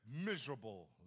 miserable